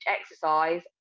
exercise